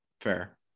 Fair